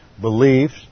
beliefs